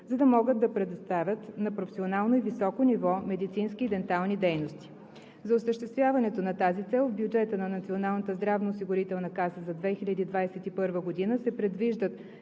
за да могат да предоставят на професионално и високо ниво медицински и дентални дейности. За осъществяването на тази цел в бюджета на Националната здравноосигурителна каса за 2021 г. се предвиждат